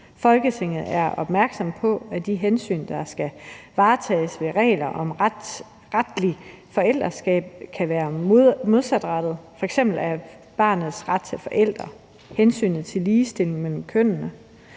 Folketinget er opmærksom på, at de hensyn, der skal varetages med reglerne om retligt forældreskab, kan være modsatrettede, f.eks. barnets ret til forældre og hensynet til ligestilling mellem forældrene,